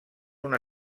una